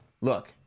Look